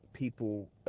People